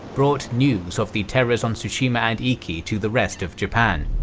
brought news of the terrors on tsushima and iki to the rest of japan.